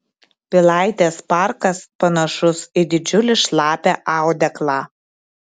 pilaitės parkas panašus į didžiulį šlapią audeklą